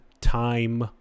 time